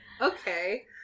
Okay